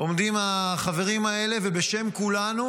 עומדים החברים האלה ובשם כולנו